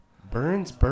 Burns